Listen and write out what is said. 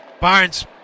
Barnes